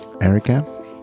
Erica